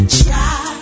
try